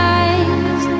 eyes